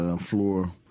floor